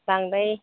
बांद्राय